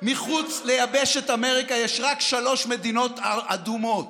מחוץ ליבשת אמריקה יש רק שלוש מדינות אדומות: